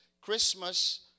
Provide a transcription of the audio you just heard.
Christmas